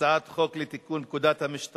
הצעת חוק לתיקון פקודת בתי-הסוהר